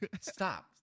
stop